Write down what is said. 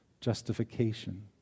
justification